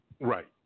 right